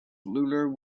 lunar